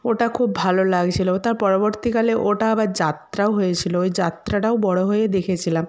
ওটা খুব ভালো লাগছিল তার পরবর্তীকালে ওটা আবার যাত্রাও হয়েছিলো ওই যাত্রাটাও বড় হয়েই দেখেছিলাম